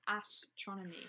astronomy